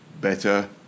Better